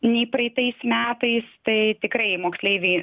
nei praeitais metais tai tikrai moksleiviai